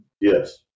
Yes